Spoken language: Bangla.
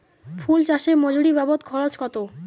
ফুল চাষে মজুরি বাবদ খরচ কত?